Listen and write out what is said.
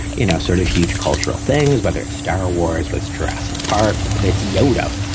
you know, sort of huge cultural thing is whether it's star wars with jurassic park, that's yoda